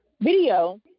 video